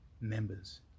members